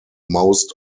most